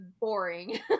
boring